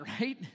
right